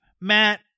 Matt